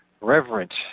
reverent